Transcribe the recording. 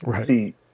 see